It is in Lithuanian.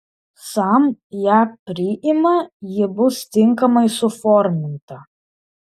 sam ją priima ji bus tinkamai suforminta